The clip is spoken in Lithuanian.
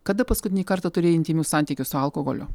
kada paskutinį kartą turėjai intymių santykių su alkoholiu